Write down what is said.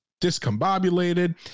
discombobulated